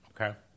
Okay